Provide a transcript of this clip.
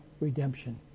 redemption